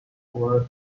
words